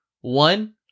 One